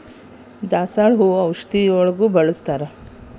ದಾಸಾಳ ಹೂ ಔಷಧಗು ಬಳ್ಸತಾರ